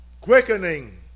Quickening